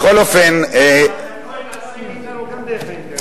אבל אתה יכול להתעסק אתם גם דרך האינטרנט.